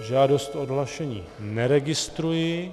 Žádost o odhlášení neregistruji.